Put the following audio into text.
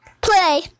Play